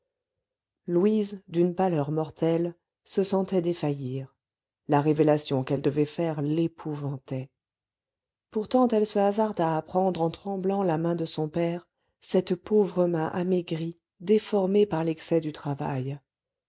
louise d'une pâleur mortelle se sentait défaillir la révélation qu'elle devait faire l'épouvantait pourtant elle se hasarda à prendre en tremblant la main de son père cette pauvre main amaigrie déformée par l'excès du travail